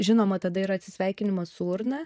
žinoma tada yra atsisveikinimas su urna